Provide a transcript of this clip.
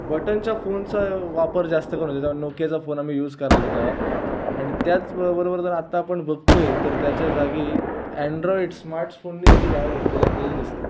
बटनच्या फोनचा वापर जास्त करायचो जेव्हा नोकियाचा फोन आम्ही यूज करायचो तेव्हा आणि त्याचबरोबर बरोबर जर आत्ता आपण बघतोय तर त्याच्या जागी अँड्रॉइड स्मार्टस्फोनने त्याची जागा घेतलेली आपल्याला दिसते